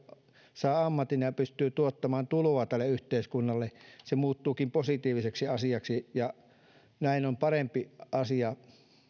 saa ammatin ja ja pystyy tuottamaan tuloa tälle yhteiskunnalle se muuttuukin positiiviseksi asiaksi näin ollen on parempi asia